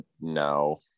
no